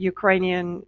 Ukrainian